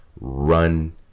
run